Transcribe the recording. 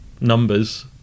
numbers